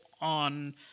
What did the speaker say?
on